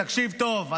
תקשיב טוב,